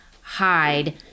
hide